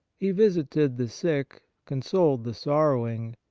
he visited the sick, consoled the sorrowing,